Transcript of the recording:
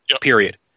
period